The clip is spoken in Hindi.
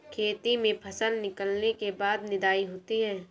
खेती में फसल निकलने के बाद निदाई होती हैं?